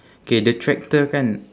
K the tractor kan